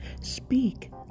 speak